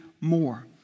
more